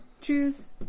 choose